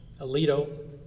Alito